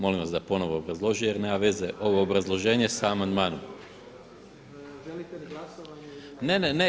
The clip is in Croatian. Molim vas da ponovno obrazloži, jer nema veze ovo obrazloženje sa amandmanom [[Upadica Jandroković: Želite glasovanje?]] Ne, ne, ne.